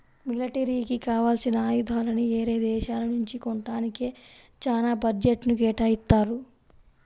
మిలిటరీకి కావాల్సిన ఆయుధాలని యేరే దేశాల నుంచి కొంటానికే చానా బడ్జెట్ను కేటాయిత్తారు